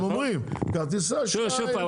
שוב פעם,